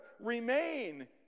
remain